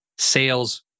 Sales